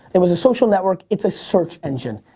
it was a social network, it's a search engine.